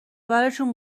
برشون